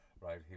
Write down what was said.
right